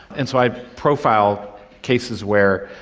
and so i profile cases where,